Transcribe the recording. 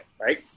Right